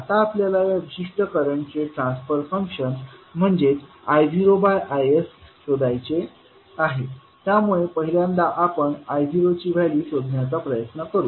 आता आपल्याला या विशिष्ट सर्किटचे ट्रान्सफर फंक्शन म्हणजे I0Is शोधायचे आहे त्यामुळे पहिल्यांदा आपण I0ची व्हॅल्यू शोधण्याचा प्रयत्न करू